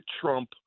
trump